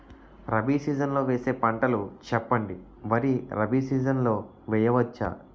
Rabi season లో వేసే పంటలు చెప్పండి? వరి రబీ సీజన్ లో వేయ వచ్చా?